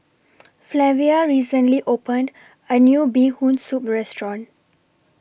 Flavia recently opened A New Bee Hoon Soup Restaurant